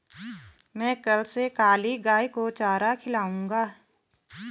मैं कल से काली गाय को चारा खिलाऊंगा